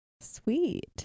Sweet